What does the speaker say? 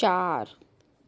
चार